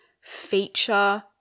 feature